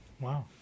Wow